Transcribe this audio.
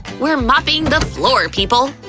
we're mopping the floor, people!